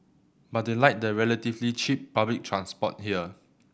but they like the relatively cheap public transport here